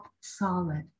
solid